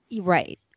right